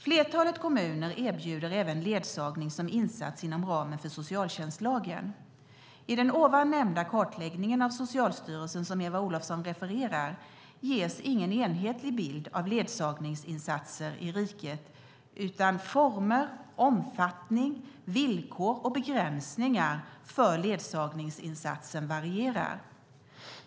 Flertalet kommuner erbjuder även ledsagning som insats inom ramen för socialtjänstlagen. I den nämnda kartläggningen av Socialstyrelsen, som Eva Olofsson refererar till, ges ingen enhetlig bild av ledsagningsinsatserna i riket, utan former, omfattning, villkor och begränsningar för ledsagningsinsatsen varierar.